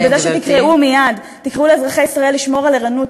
ובזה שתקראו מייד לאזרחי ישראל לשמור על ערנות,